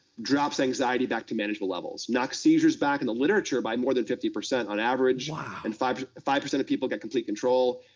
drops anxiety back to manageable levels, knocks seizures back, in the literature, by more than fifty percent on average. wow. and five five percent of people get complete control.